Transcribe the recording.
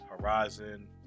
Horizon